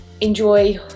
enjoy